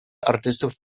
artystów